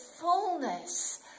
fullness